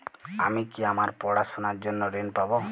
আমি কি আমার পড়াশোনার জন্য ঋণ পাব?